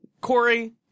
Corey